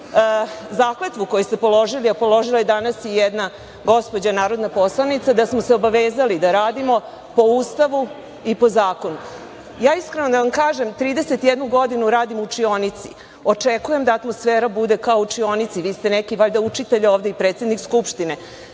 tu zakletvu koju ste položili, a položila je i jedna gospođa narodna poslanica, da smo se obavezali da radimo po Ustavu i po zakonu. Ja iskreno da vam kažem 31 godinu radim u učionici i očekujem da atmosfera bude kao u učionici, vi ste neki učitelj ovde i predsednik Skupštine.